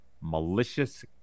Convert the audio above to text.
Malicious